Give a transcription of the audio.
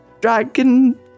dragon